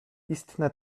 istne